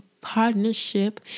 partnership